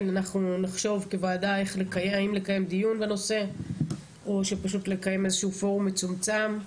נחשוב כוועדה האם לקיים דיון בנושא או לקיים איזשהו פורום מצומצם.